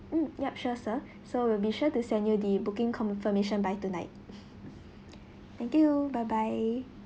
mm yup sure sir so we'll be sure to send you the booking confirmation by tonight thank you bye bye